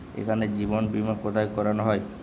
এখানে জীবন বীমা কোথায় করানো হয়?